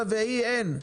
רביעי אין,